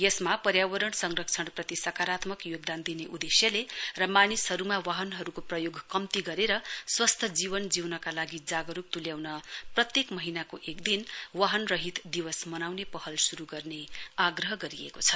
यसमा पर्यावरण संरक्षणप्रति सकारातम्क योगदान दिने उदेश्यले र मानिसहरुमा वाहनहरुको प्रयोग कम्ती गरेर स्वस्थ जीवन जिउनका लागि जागरुक तुल्याउन प्रत्येक महीनाको एक दिन वाहन रहित दिवस मनाउने पहल शुरु गर्ने आग्रह गरेको छ